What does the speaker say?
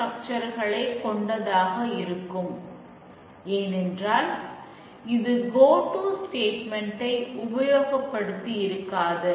structure ப்ரோக்ராமின்ஐ உபயோகப்படுத்தி இருக்காது